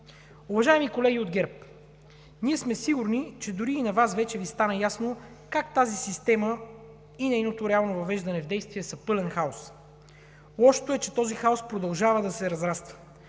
Уважаеми колеги от ГЕРБ, ние сме сигурни, че и на Вас вече Ви стана ясно как тази система и нейното реално въвеждане в действие са пълен хаос. Лошото е, че този хаос продължава да се разраства.